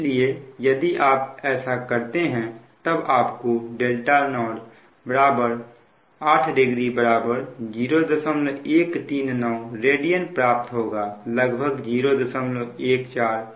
इसलिए यदि आप ऐसा करते हैं तब आपको 0 80 0139 rad प्राप्त होगा लगभग 014 के आसपास